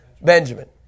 Benjamin